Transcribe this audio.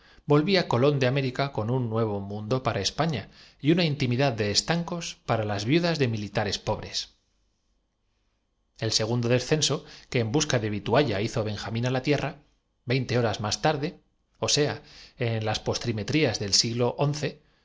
volvía colón de america con un nuevo mundo para españa y una infinidad de estancos para las viudas de militares po bres el segundo descenso que en busca de vitualla hizo aquel drama cuyo fin según diremos de paso fué el si benjamín á la tierra veinte horas más tarde ó sea en guiente vencidos los de la poterna simularon una las postrimerías del siglo